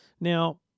Now